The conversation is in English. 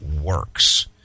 works